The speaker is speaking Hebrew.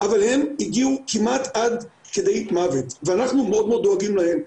אבל הם הגיעו כמעט עד כדי מוות ואנחנו מאוד דואגים להם.